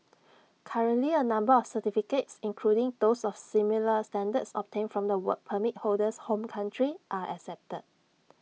currently A number of certificates including those of similar standards obtained from the Work Permit holder's home country are accepted